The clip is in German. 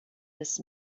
des